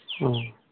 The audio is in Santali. ᱳ